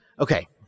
okay